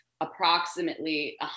approximately